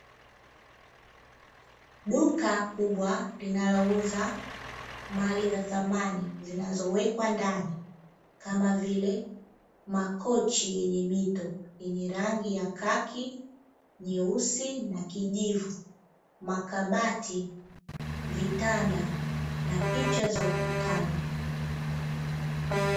Duka kubwa linalouza mali za samani zinazowekwa ndani kama vile makochi yenye mito yenye rangi ya kaki, nyeusi na kijivu, makabati vitanda na picha za ukutani.